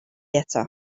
eto